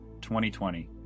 2020